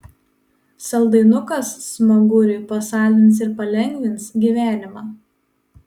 saldainukas smaguriui pasaldins ir palengvins gyvenimą